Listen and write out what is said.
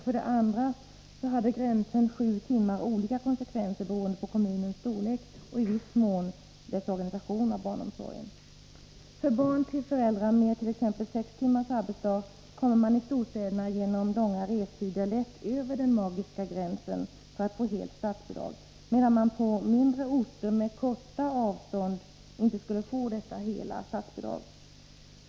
För det andra hade gränsen sju timmar olika konsekvenser beroende på kommunens storlek och i viss mån på dess organisation av barnomsorgen. För barn till föräldrar med t.ex. sex timmars arbetsdag kommer man i storstäderna, genom långa restider, lätt över den magiska gränsen för att få helt statsbidrag, medan man på mindre orter, med korta avstånd, inte skulle få detta hela statsbidrag.